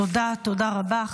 תודה רבה.